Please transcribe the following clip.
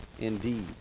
Indeed